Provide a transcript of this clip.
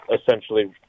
essentially